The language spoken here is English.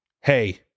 Hey